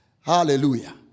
hallelujah